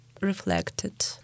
reflected